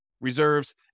Reserves